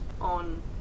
on